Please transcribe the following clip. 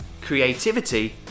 creativity